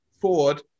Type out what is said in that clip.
ford